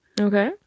Okay